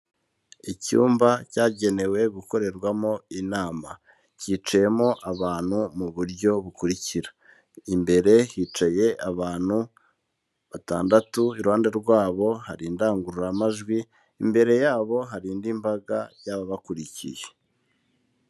Icyumba cyagenewe gukorerwamo inama, cyicayemo abantu mu buryo bukurikira: imbere hicaye abantu batandatu, iruhande rwabo hari indangururamajwi, imbere yabo hari indi mbaga y'ababakurikiye.